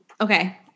Okay